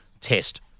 test